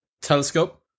telescope